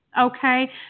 okay